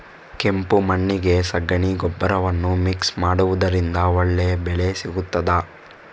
ಕೆಂಪು ಮಣ್ಣಿಗೆ ಸಗಣಿ ಗೊಬ್ಬರವನ್ನು ಮಿಕ್ಸ್ ಮಾಡುವುದರಿಂದ ಒಳ್ಳೆ ಬೆಳೆ ಸಿಗುತ್ತದಾ?